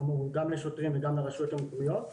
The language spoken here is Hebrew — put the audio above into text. כאמור גם לשוטרים וגם לרשויות המקומיות.